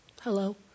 Hello